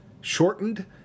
shortened